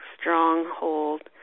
stronghold